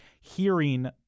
hearing